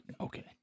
Okay